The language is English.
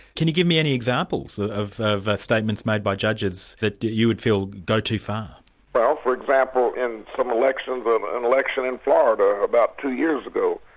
can you give me any examples of statements made by judges that you feel go too far? well for example, in some elections, but an election in florida about two years ago,